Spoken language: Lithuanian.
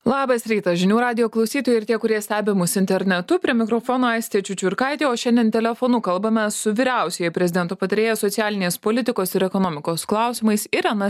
labas rytas žinių radijo klausytojai ir tie kurie stebi mus internetu prie mikrofono aistė čiučiurkaitė o šiandien telefonu kalbame su vyriausiąja prezidento patarėja socialinės politikos ir ekonomikos klausimais irena